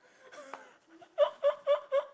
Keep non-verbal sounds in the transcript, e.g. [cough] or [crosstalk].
[laughs]